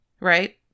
right